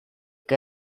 que